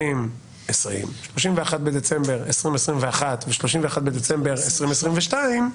ל-31 בדצמבר 2021 ול-31 בדצמבר 2022,